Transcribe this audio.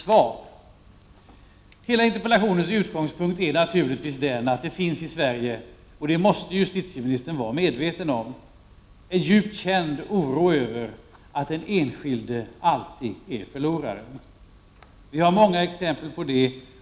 Bakgrunden till interpellationen är naturligtvis att det — vilket justitieministern måste vara medveten om — i Sverige finns en djupt känd oro över att den enskilde alltid är förlorare. Vi har många exempel på det.